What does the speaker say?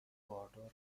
باردار